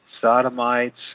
sodomites